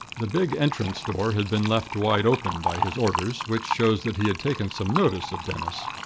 the big entrance door had been left wide open, by his orders which shows that he had taken some notice of dennis.